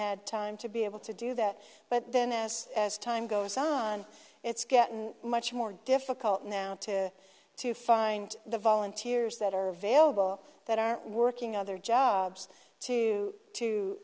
had time to be able to do that but then as time goes on it's gotten much more difficult now to to find the volunteers that are available that are working other jobs too to